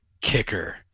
kicker